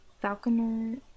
falconer